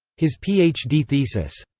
his ph d. thesis.